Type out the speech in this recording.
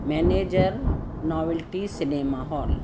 manager novelty cinema hall